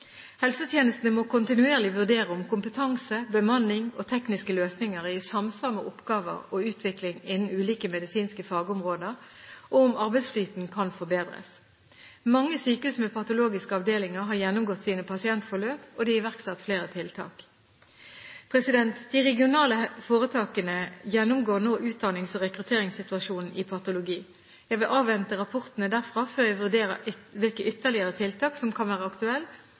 Helsetjenestene må kontinuerlig vurdere om kompetanse, bemanning og tekniske løsninger er i samsvar med oppgaver og utvikling innen ulike medisinske fagområder og om arbeidsflyten kan forbedres. Mange sykehus med patologiske avdelinger har gjennomgått sine pasientforløp, og de har iverksatt flere tiltak. De regionale foretakene gjennomgår nå utdannings- og rekrutteringssituasjonen i patologi. Jeg vil avvente rapportene derfra før jeg vurderer hvilke ytterligere tiltak som kan være aktuelle